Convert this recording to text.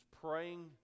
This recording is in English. praying